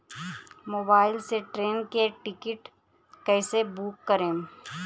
Mobile से train के ticket कैसे बूक करेम?